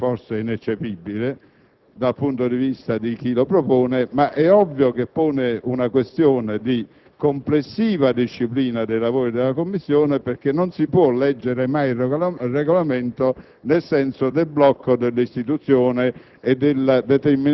tecnicamente ineccepibile dal punto di vista di chi lo propone, ma è ovvio che pone una questione di complessiva disciplina dei lavori della Commissione, perché non si può leggere mai il Regolamento nel senso del blocco dell'istituzione